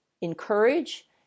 encourage